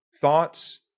thoughts